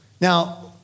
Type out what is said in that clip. Now